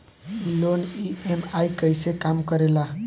ई loan EMI कईसे काम करेला?